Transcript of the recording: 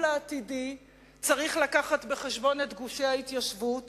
העתידי צריך להביא בחשבון את גושי ההתיישבות